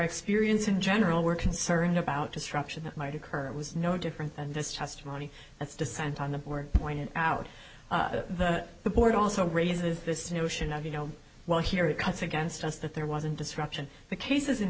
experience in general were concerned about disruption that might occur it was no different than this testimony that's dissent on the board pointed out the report also raises this notion of you know well here it cuts against us that there wasn't disruption the cases in